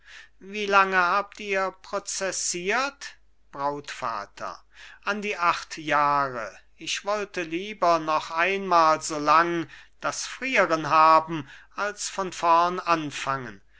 wie lange habt ihr prozessiert brautvater an die acht jahre ich wollte lieber noch einmal so lang das frieren haben als von vorn anfangen